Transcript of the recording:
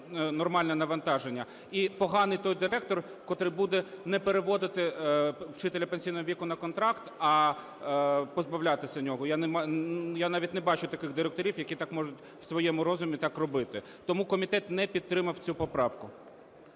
нормальне навантаження. І поганий той директор, котрий буде не переводити вчителя пенсійного віку на контракт, а позбавлятися нього. Я навіть не бачу таких директорів, які так можуть в своєму розумі так робити. Тому комітет не підтримав цю поправку,